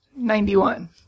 Ninety-one